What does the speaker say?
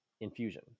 infusion